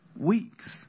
weeks